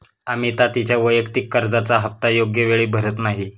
अमिता तिच्या वैयक्तिक कर्जाचा हप्ता योग्य वेळी भरत नाही